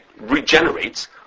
regenerates